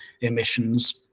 emissions